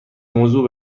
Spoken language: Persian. موضوع